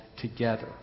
together